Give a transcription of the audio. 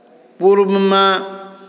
पूर्वमे